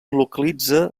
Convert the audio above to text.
localitza